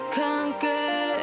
conquer